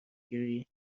گیری